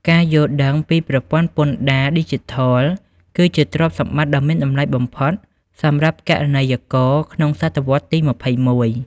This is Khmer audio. ការយល់ដឹងពីប្រព័ន្ធពន្ធដារឌីជីថល គឺជាទ្រព្យសម្បត្តិដ៏មានតម្លៃបំផុតសម្រាប់គណនេយ្យករក្នុងសតវត្សទី២១។